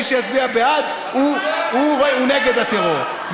מי שיצביע בעד הוא נגד הטרור,